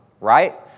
Right